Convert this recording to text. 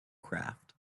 craft